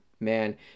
man